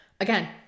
Again